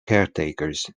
caretakers